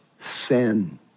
sin